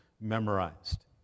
memorized